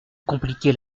compliquer